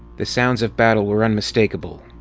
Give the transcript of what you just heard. the sounds of battle were unmistakable.